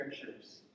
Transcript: scriptures